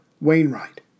Wainwright